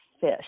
fish